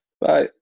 Bye